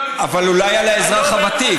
אבל אולי על האזרח הוותיק.